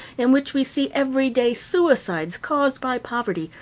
in which we see every day suicides caused by poverty,